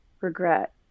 regret